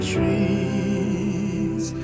Trees